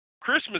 Christmas